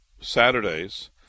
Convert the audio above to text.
Saturdays